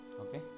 okay